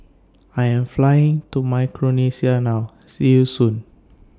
I Am Flying to Micronesia now See YOU Soon